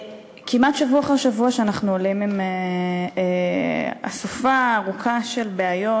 כמעט שבוע אחר שבוע אנחנו עולים עם אסופה ארוכה של בעיות